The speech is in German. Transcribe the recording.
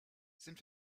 sind